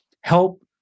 help